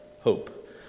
hope